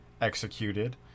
executed